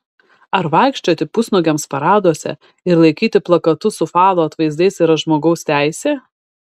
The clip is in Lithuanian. ar vaikščioti pusnuogiams paraduose ir laikyti plakatus su falo atvaizdais yra žmogaus teisė